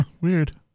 weird